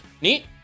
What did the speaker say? Neat